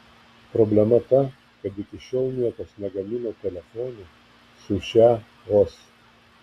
problema ta kad iki šiol niekas negamino telefonų su šia os